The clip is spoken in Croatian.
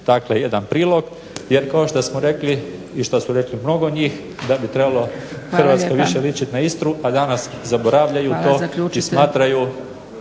dakle taj jedan prilog jer kao što smo rekli i što su rekli mnogo njih da bi trebalo Hrvatska više ličit na Istru a danas zaboravljaju i smatraju